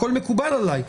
הכל מקובל עליי,